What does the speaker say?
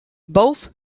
both